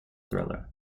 thriller